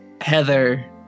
Heather